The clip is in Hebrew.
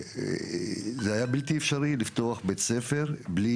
זה היה בלתי אפשרי לפתוח בית ספר בלי